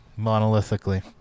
monolithically